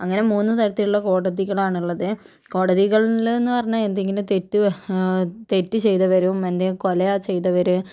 അങ്ങനെ മുന്നു തരത്തിലുള്ള കോടതികളാണ് ഉള്ളത് കോടതികളിലെന്ന് പറഞ്ഞാൽ എന്തെങ്കിലും തെറ്റ് തെറ്റ് ചെയ്തവരും എന്തെങ്കിലും കൊല ചെയ്തവര്